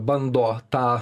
bando tą